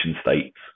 states